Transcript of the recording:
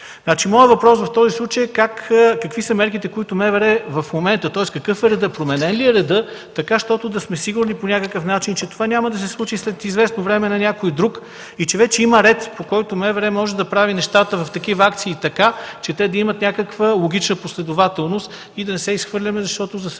Моят въпрос в този случай е: какви са мерките, които МВР в момента, тоест какъв е редът, променен ли е редът, така щото да сме сигурни по някакъв начин, че това няма да се случи след известно време на някой друг и че вече има ред, по който МВР може да прави нещата в такива акции, така че те да имат някаква логична последователност и да не се изхвърляме, защото, за съжаление,